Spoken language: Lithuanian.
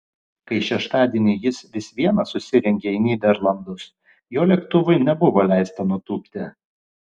kai šeštadienį jis vis viena susirengė į nyderlandus jo lėktuvui nebuvo leista nutūpti